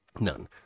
None